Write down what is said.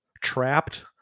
Trapped